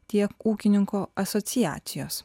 tiek ūkininkų asociacijos